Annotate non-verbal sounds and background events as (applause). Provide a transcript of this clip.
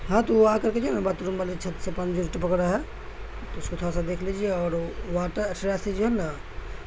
ہاں تو وہ آ کر کے جو ہے نا باتھ روم والے چھت سے پانی جو ٹپک رہا ہے تو اس کو تھوڑ سا دیکھ لیجیے اور وہ واٹر (unintelligible) جو ہے نا